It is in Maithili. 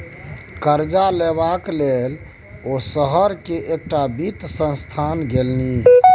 करजा लेबाक लेल ओ शहर केर एकटा वित्त संस्थान गेलनि